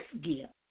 gift